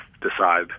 decide